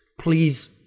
please